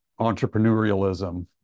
entrepreneurialism